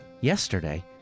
Yesterday